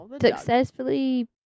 successfully